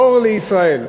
אור לישראל.